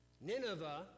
Nineveh